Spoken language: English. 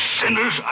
sinners